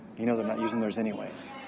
you know they're not using theirs, anyways.